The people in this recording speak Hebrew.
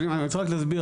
אני רק רוצה להסביר,